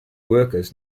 workers